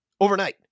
overnight